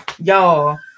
Y'all